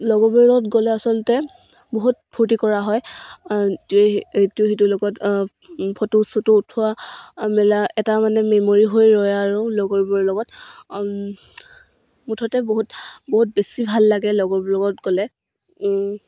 লগৰবোৰৰ লগত গ'লে আচলতে বহুত ফূৰ্তি কৰা হয় ইটো সিটোৰ লগত ফটো চটো উঠোৱা মেলা এটা মানে মেমৰি হৈ ৰয় আৰু লগৰবোৰৰ লগত মুঠতে বহুত বহুত বেছি ভাল লাগে লগৰবোৰৰ লগত গ'লে